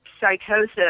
psychosis